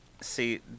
see